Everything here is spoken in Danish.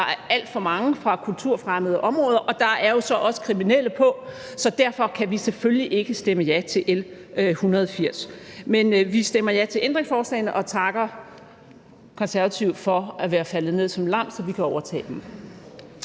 der er alt for mange fra kulturfremmede områder, og der er jo så også kriminelle på, så derfor kan vi selvfølgelig ikke stemme ja til L 180. Men vi stemmer ja til ændringsforslagene og takker Konservative for at være faldet ned som lam, så vi kan overtage dem.